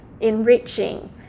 enriching